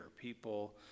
People